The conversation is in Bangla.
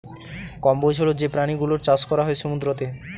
কম্বোজ হল যে প্রাণী গুলোর চাষ করা হয় সমুদ্রতে